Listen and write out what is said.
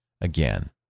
again